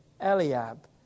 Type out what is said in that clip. Eliab